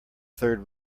third